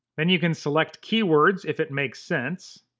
then you can select keywords, if it makes sense,